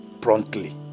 promptly